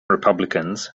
republicans